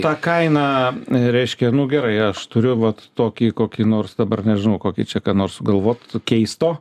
ta kaina reiškia nu gerai aš turiu vat tokį kokį nors dabar nežinau kokį čia ką nors sugalvot keisto